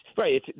right